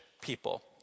people